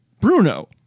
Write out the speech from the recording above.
Bruno